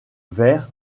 vers